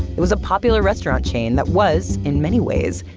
it was a popular restaurant chain that was, in many ways,